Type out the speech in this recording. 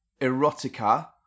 erotica